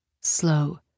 Slow